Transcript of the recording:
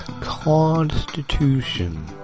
Constitution